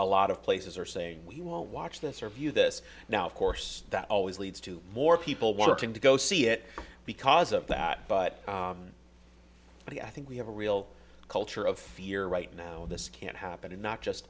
a lot of places are saying we won't watch this or view this now of course that always leads to more people working to go see it because of that but i think we have a real culture of fear right now this can't happen in not just